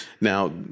Now